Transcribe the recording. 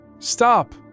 Stop